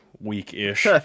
week-ish